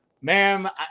Ma'am